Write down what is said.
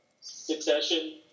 Succession